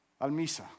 Al-Misa